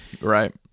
Right